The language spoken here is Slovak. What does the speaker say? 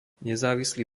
nezávislý